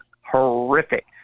horrific